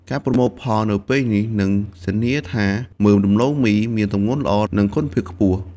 ការប្រមូលផលនៅពេលនេះនឹងធានាថាមើមដំឡូងមីមានទម្ងន់ល្អ និងគុណភាពខ្ពស់។